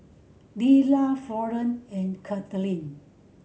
Lelah Florene and Cathleen